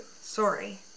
Sorry